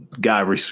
guy